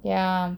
ya